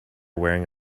wearing